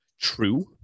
True